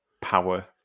power